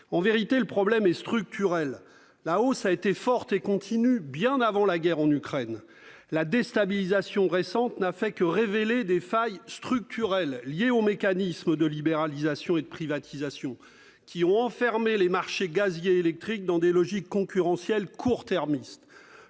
En réalité, le problème est structurel. La hausse a été forte et continue bien avant la guerre en Ukraine. La déstabilisation récente n'a fait que révéler des failles profondes, liées aux mécanismes de libéralisation et de privatisation, qui ont enfermé les marchés gazier et électrique dans des logiques concurrentielles court-termistes.